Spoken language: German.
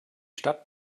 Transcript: stadt